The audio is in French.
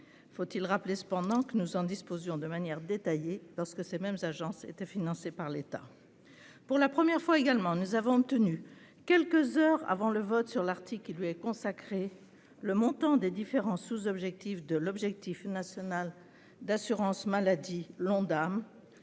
Faut-il rappeler cependant que nous en disposions de manière détaillée, lorsque ces mêmes agences étaient financées par le budget de l'État ? Pour la première fois également, nous avons obtenu, quelques heures avant le vote sur l'article qui lui est consacré, le montant des différents sous-objectifs de l'objectif national de dépenses d'assurance maladie, l'Ondam,